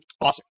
awesome